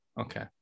okay